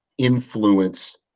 influence